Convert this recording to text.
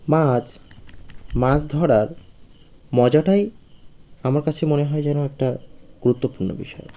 মাছ মাছ ধরার মজাটাই আমার কাছে মনে হয় যেন একটা গুরুত্বপূর্ণ বিষয়